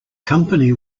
company